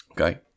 Okay